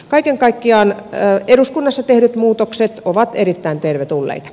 kaiken kaikkiaan eduskunnassa tehdyt muutokset ovat erittäin tervetulleita